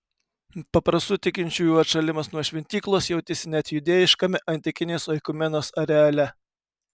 paprastų tikinčiųjų atšalimas nuo šventyklos jautėsi net judėjiškame antikinės oikumenos areale